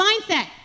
mindset